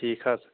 ٹھیٖک حظ